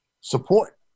support